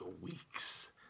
weeks